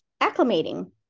acclimating